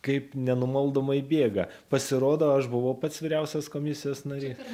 kaip nenumaldomai bėga pasirodo aš buvau pats vyriausias komisijos narys